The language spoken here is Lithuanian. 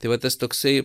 tai va tas toksai